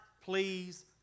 please